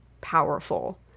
powerful